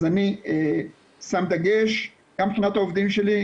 אז אני שם דגש גם מבחינת העובדים שלי,